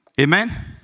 amen